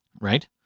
Right